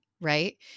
right